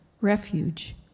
refuge